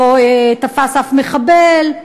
לא תפס אף מחבל,